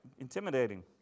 Intimidating